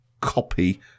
copy